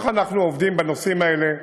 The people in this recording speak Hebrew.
כך אנחנו עובדים בנושאים האלה,